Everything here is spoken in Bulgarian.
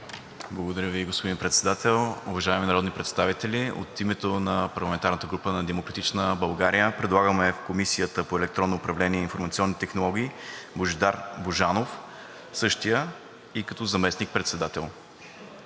Благодаря Ви, господин Председател. Уважаеми народни представители, от името на парламентарната група на „Демократична България“ предлагаме за Комисията по електронно управление и информационни технологии Божидар Божанов, същия – и като заместник-председател.